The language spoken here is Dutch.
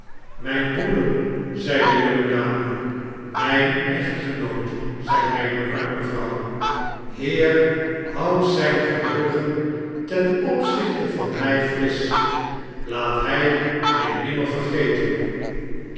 mijn breeder zei de jonge dame mijn echtgenoot zei mijne arme vrouw heer houd zijn geheugen ten opzichte van mij frisch laat hij mij dimmer vergetem